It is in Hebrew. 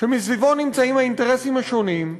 שמסביבו נמצאים האינטרסים השונים,